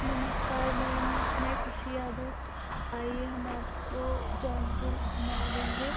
नमस्कार मैम मैं ख़ुशी यादव आइए हम आपको जौनपुर घुमा देंगे